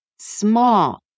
Small